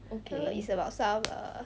it's about some err